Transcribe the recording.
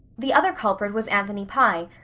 the other culprit was anthony pye,